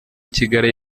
kigali